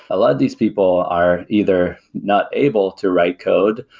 a lot of these people are either not able to write code,